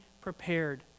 prepared